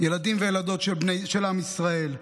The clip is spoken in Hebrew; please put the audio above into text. של עם ישראל.